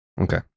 Okay